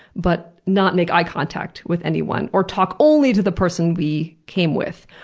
but not make eye contact with anyone, or talk only to the person we came with,